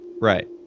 Right